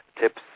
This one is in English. tips